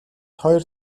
хоёр